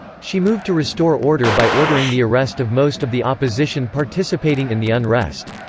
she moved to restore order by ordering the arrest of most of the opposition participating in the unrest.